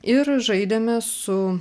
ir žaidėme su